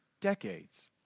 decades